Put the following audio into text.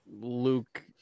Luke